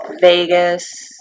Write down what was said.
Vegas